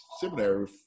Seminary